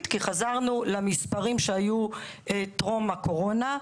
כי חזרנו למספרים שהיו טרום הקורונה.,